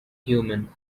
human